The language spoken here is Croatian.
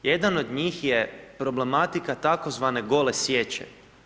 Jedan od njih je problematika tzv. gole sječe.